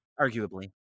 arguably